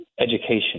education